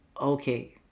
okay